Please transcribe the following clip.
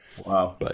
Wow